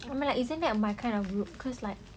I mean like isn't that a my kind of rude cause like